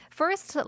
first